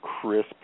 crisp